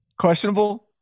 questionable